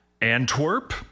Antwerp